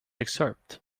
excerpt